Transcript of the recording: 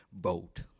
vote